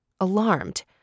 Alarmed